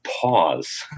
pause